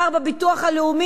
בביטוח הלאומי,